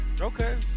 Okay